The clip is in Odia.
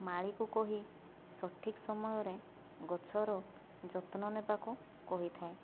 ମାଳୀକୁ କହି ସଠିକ ସମୟରେ ଗଛର ଯତ୍ନ ନେବାକୁ କହିଥାଏ